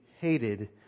hated